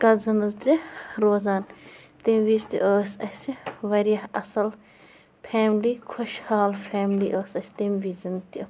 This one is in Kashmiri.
کزٕنٕز تہِ روزان تمہِ وِزِ تہِ ٲسۍ اَسہِ وارِیاہ اَصٕل فیملی خۄش حال فیملی ٲسۍ اَسہِ تمہِ وِزِن تہِ